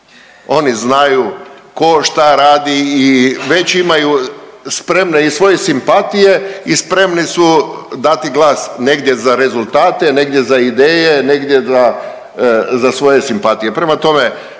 Oni znaju tko šta radi i već imaju spremne i svoje simpatije i spremni su dati glas negdje za rezultate, negdje za ideje, negdje za svoje simpatije.